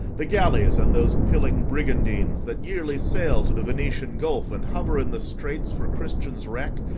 the galleys and those pilling brigandines, that yearly sail to the venetian gulf, and hover in the straits for christians' wreck,